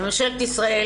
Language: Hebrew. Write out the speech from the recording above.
לממשלת ישראל,